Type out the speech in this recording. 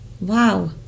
Wow